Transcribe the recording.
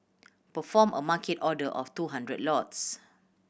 perform a Market order of two hundred lots